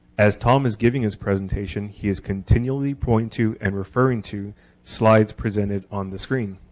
as tom is giving his presentation, he is continually pointing to and referring to slides presented on the screen.